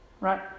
right